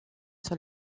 sur